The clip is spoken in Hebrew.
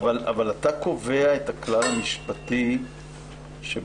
אבל אתה קובע את הכלל המשפטי שאומר: